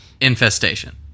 Infestation